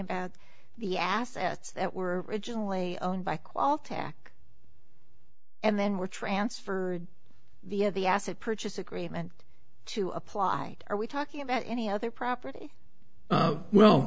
about the assets that were originally owned by quell tack and then we're transferred via the asset purchase agreement to apply are we talking about any other property well